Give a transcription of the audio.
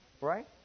Right